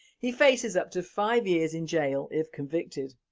he faces up to five years in jail if convicted.